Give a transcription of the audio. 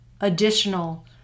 additional